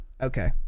Okay